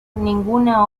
ninguna